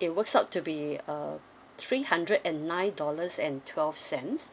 it works out to be uh three hundred and nine dollars and twelve cents